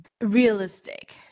realistic